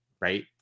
right